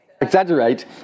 exaggerate